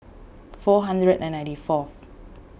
four hundred and ninety four